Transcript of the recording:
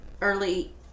early